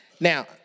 Now